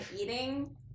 eating